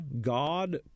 God